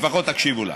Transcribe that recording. לפחות תקשיבו לה,